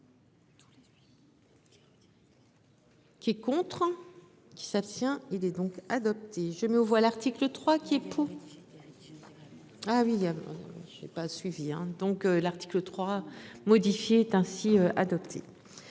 Qui est contre. Qui s'abstient. Il est donc adopté je mets aux voix l'article 3 qui est pourri. Ah oui y a j'ai pas suivi hein donc. L'article 3 modifier est ainsi adopté.